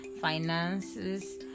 finances